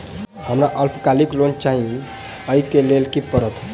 हमरा अल्पकालिक लोन चाहि अई केँ लेल की करऽ पड़त?